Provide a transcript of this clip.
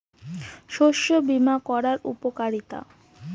শস্য বিমা করার উপকারীতা?